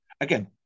Again